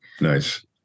nice